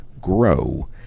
grow